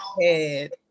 head